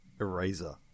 Eraser